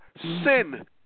sin